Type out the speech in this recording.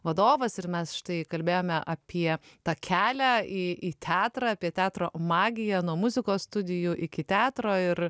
vadovas ir mes štai kalbėjome apie tą kelią į į teatrą apie teatro magiją nuo muzikos studijų iki teatro ir